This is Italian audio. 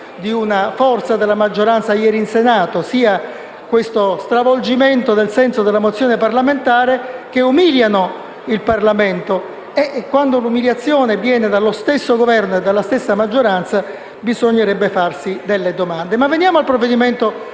di una forza della maggioranza ieri in Senato, sia lo stravolgimento del senso della mozione parlamentare - che umiliano il Parlamento e quando l'umiliazione viene dallo stesso Governo e dalla stessa maggioranza bisognerebbe porsi delle domande. Veniamo al provvedimento